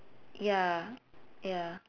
ya ya